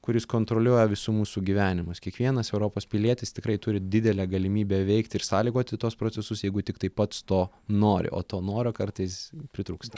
kuris kontroliuoja visų mūsų gyvenimus kiekvienas europos pilietis tikrai turi didelę galimybę veikti ir sąlygoti tuos procesus jeigu tiktai pats to nori o to noro kartais pritrūksta